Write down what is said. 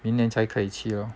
明年才可以去咯